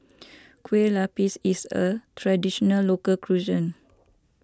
Kueh Lapis is a Traditional Local Cuisine